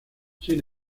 sin